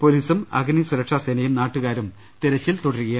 പൊലീസും അഗ്നിസുരക്ഷാസേനയും നാട്ടുകാരും തെരച്ചിൽ തുടരുകയാണ്